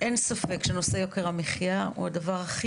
אין ספק שנושא יוקר המחיה הוא הדבר הכי